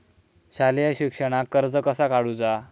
शालेय शिक्षणाक कर्ज कसा काढूचा?